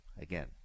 again